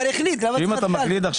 ואם אתה מקליד,